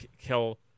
kill